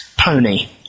Pony